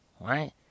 right